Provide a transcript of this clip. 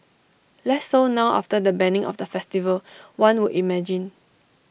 less so now after the banning of the festival one would imagine